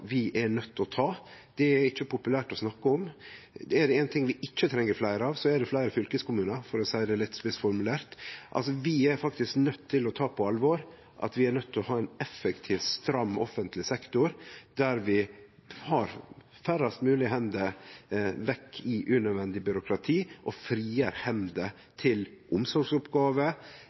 vi er nøydde til å ta. Det er ikkje populært å snakke om. Er det éin ting vi ikkje treng fleire av, er det fleire fylkeskommunar, for å seie det litt spissformulert. Vi er faktisk nøydde til å ta på alvor at vi er nøydde til å ha ein effektiv, stram offentleg sektor der vi har færrast mogleg hender vekke i unødvendig byråkrati og frie hender til omsorgsoppgåver